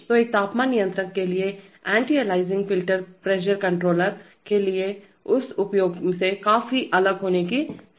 तो एक तापमान नियंत्रक के लिए एंटी अलियासिंग फिल्टरप्रेशर कंट्रोलर दाब नियंत्रक के लिए उस उपयोग से काफी अलग होने की संभावना है